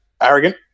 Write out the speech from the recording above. arrogant